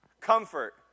Comfort